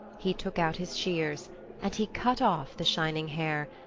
he took out his shears and he cut off the shining hair,